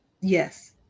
Yes